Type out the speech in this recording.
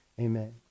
Amen